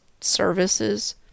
services